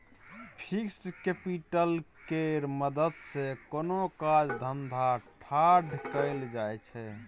fixed capital केर मदद सँ कोनो काज धंधा ठाढ़ कएल जाइ छै